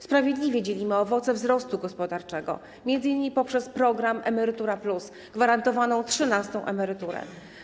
Sprawiedliwie dzielimy owoce wzrostu gospodarczego, m.in. poprzez program „Emerytura+”, gwarantowaną trzynastą emeryturę.